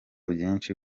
byinshi